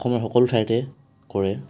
অসমৰ সকলো ঠাইতে কৰে